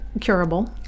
curable